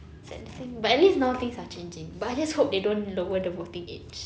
if anything but at least now things are changing but I just hope they don't lower the voting age